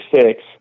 six